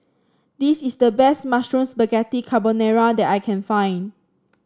this is the best Mushroom Spaghetti Carbonara that I can find